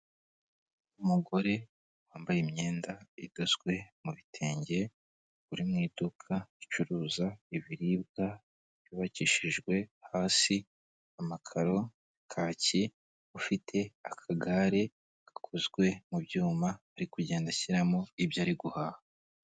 Umugore wambaye imyenda idozwe mu bitenge uri mu iduka ricuruza ibiribwa ryubakishijwe hasi amakaro kaki ufite akagare gakozwe mu byuma ari kugenda ashyiramo ibyo ari guhaha.